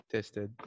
Tested